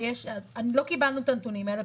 לא קיבלנו את הנתונים האלה.